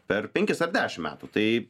per penkis ar dešim metų tai